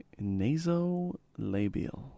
Nasolabial